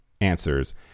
answers